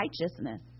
righteousness